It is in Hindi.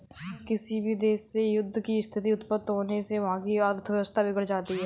किसी भी देश में युद्ध की स्थिति उत्पन्न होने से वहाँ की अर्थव्यवस्था बिगड़ जाती है